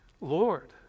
Lord